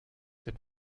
den